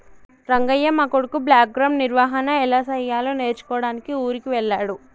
రంగయ్య మా కొడుకు బ్లాక్గ్రామ్ నిర్వహన ఎలా సెయ్యాలో నేర్చుకోడానికి ఊరికి వెళ్ళాడు